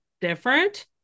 different